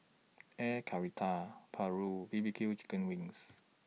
Air Karthira Paru B B Q Chicken Wings